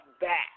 back